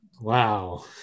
Wow